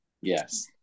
Yes